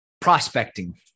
Prospecting